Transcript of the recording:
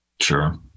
Sure